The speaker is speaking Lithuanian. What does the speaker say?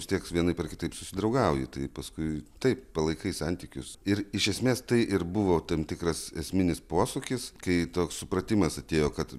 vis tieks vienaip ar kitaip susidraugauji tai paskui taip palaikai santykius ir iš esmės tai ir buvo tam tikras esminis posūkis kai toks supratimas atėjo kad